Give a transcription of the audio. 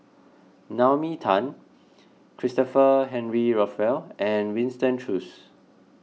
Naomi Tan Christopher Henry Rothwell and Winston Choos